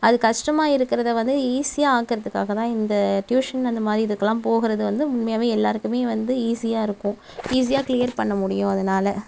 அது கஷ்டமாக இருக்கிறதை வந்து ஈசியாக ஆக்குறதுக்காகதான் இந்த டியூஷன் அந்தமாதிரி இதுக்குலாம் போகிறது வந்து உண்மையாகவே எல்லோருக்குமே வந்து ஈசியாக இருக்கும் ஈசியாக க்ளியர் பண்ணமுடியும் அதனால